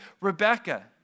Rebecca